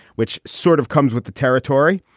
which sort of comes with the territory.